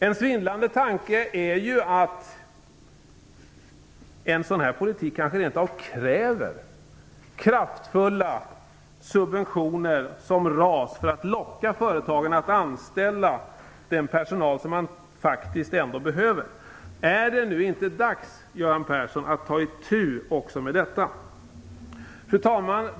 En svindlande tanke är att en sådan här politik kanske rent av kräver kraftfulla subventioner som RAS för att locka företagarna att anställa den personal som man faktiskt ändå behöver. Är det nu inte dags, Göran Persson, att ta itu också med detta? Fru talman!